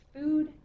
food